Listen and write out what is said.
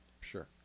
Sure